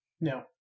No